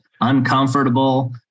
uncomfortable